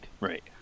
Right